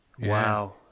Wow